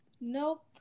Nope